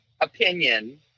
opinion